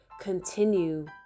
continue